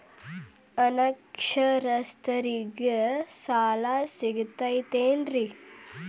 ಅನಕ್ಷರಸ್ಥರಿಗ ಸಾಲ ಸಿಗತೈತೇನ್ರಿ?